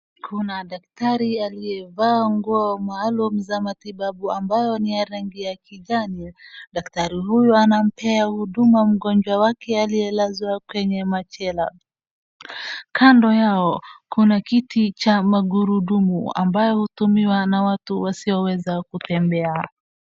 Kuna daktari aliyevaa nguo maalum za matibabu ambayo ni ya rangi ya kijani. Daktari huyu anampea huduma mgonjwa wake aliyelazwa kwenye machela. Kando yao, kuna kiti cha magurudumu ambayo hutumiwa na watu wasioweza kutembea.